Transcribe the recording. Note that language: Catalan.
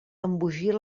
embogir